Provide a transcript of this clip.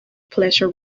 pleasure